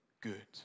good